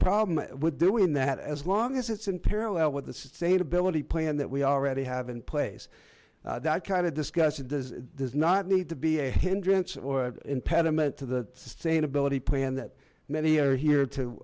problem with doing that as long as it's in parallel with the sustainability plan that we already have in place that kind of discussed it does it does not need to be a hindrance or impediment to the sustainability plan that many are here to